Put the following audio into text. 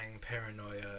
paranoia